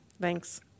Thanks